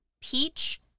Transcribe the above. peach